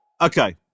Okay